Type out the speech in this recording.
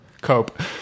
Cope